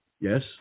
Yes